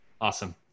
Awesome